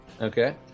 Okay